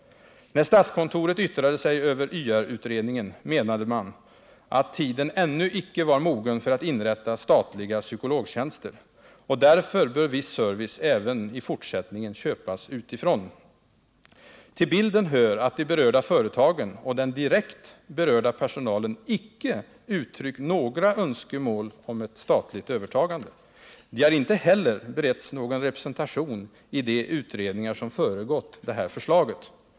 När statskontoret yttrade sig över YR-utredningen, menade man att tiden ännu icke var mogen för att inrätta statliga psykologtjänster, och därför bör viss service även i fortsättningen köpas utifrån. Till bilden hör att de berörda företagen och den direkt berörda personalen icke uttryckt några önskemål om ett statligt övertagande. De har inte heller beretts någon representation i de utredningar som föregått förslaget.